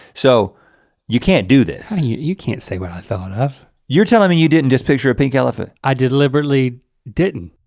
so you can't do this. you you can't say what i thought of. you're telling me you didn't just picture a pink elephant. i deliberately didn't.